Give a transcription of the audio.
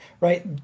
right